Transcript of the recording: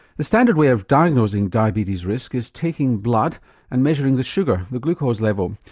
the standard way of diagnosing diabetes risk is taking blood and measuring the sugar, the glucose level,